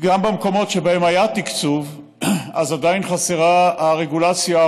גם במקומות שבהם היה תקצוב עדיין חסרה הרגולציה,